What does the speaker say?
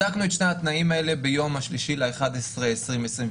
בדקנו את שני התנאים האלה ביום 3 בנובמבר 2021,